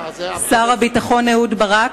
שר הביטחון אהוד ברק,